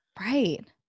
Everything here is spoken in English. Right